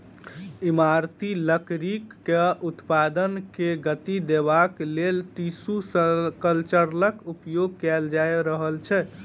इमारती लकड़ीक उत्पादन के गति देबाक लेल टिसू कल्चरक उपयोग कएल जा रहल छै